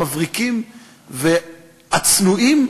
המבריקים והצנועים,